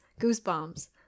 Goosebumps